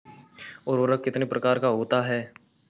उर्वरक कितने प्रकार का होता है?